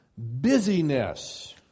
Busyness